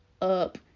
up